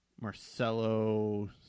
Marcelo